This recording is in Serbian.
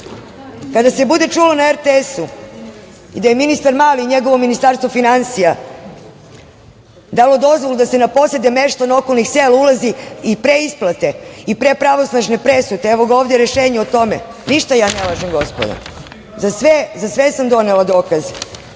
se bude čulo na RTS-u da je ministar Mali i njegovo Ministarstvo finansija dalo dozvolu da se na posede meštana okolnih sela ulazi i pre isplate i pre pravosnažne presude, evo ga ovde rešenje o tome, ništa ja ne lažem gospodo, za sve sam donela dokaze.